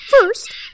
First